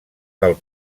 del